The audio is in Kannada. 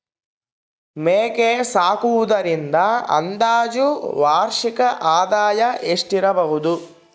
ಮೇಕೆ ಸಾಕುವುದರಿಂದ ಅಂದಾಜು ವಾರ್ಷಿಕ ಆದಾಯ ಎಷ್ಟಿರಬಹುದು?